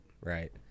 Right